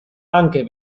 anche